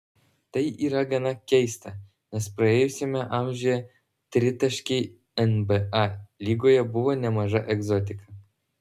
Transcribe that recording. tai yra gana keista nes praėjusiame amžiuje tritaškiai nba lygoje buvo nemaža egzotika